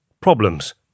problems